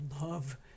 love